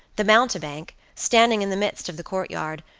the mountebank, standing in the midst of the courtyard,